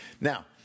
Now